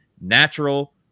natural